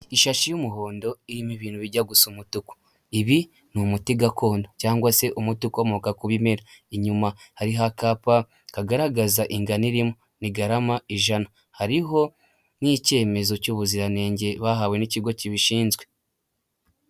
Ishashi y'umuhondo irimo ibintu bijya gusa umutuku ibi ni umuti gakondo cyangwa se umuti ukomoka ku bimera, inyuma hariho akapa kagaragaza ingano irimo ni garama ijana hariho n'icyemezo cy'ubuziranenge bahawe n'ikigo kibishinzwe.